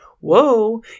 Whoa